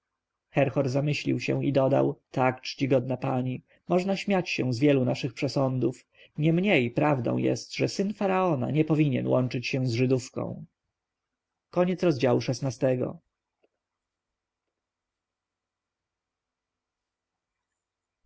zamyślił się i dodał tak czcigodna pani można śmiać się z wielu naszych przesądów niemniej prawdą jest że syn faraona nie powinien łączyć się z żydówką